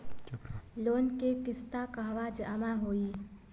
Loan के किस्त कहवा जामा होयी?